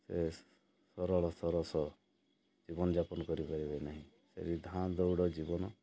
ସେ ସରଳ ସରସ ଜୀବନଯାପନ କରିପାରିବେ ନାହିଁ ସେଇ ଧାଁ ଦୌଡ଼ ଜୀବନ